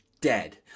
dead